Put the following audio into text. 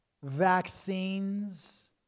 vaccines